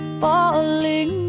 falling